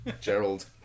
Gerald